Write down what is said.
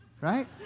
Right